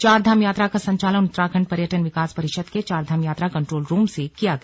चारधाम यात्रा का संचालन उत्तराखंड पर्यटन विकास परिषद के चारधाम यात्रा कंट्रोल रूम से किया गया